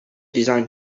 design